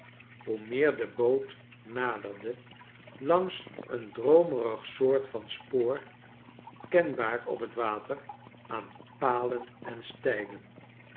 hoe meer de boot naderde langs een droomerig soort van spoor kenbaar op het water aan palen en stijlen